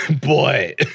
boy